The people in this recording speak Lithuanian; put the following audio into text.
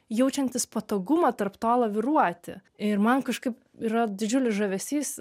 jaučiantis patogumą tarp to laviruoti ir man kažkaip yra didžiulis žavesys